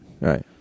right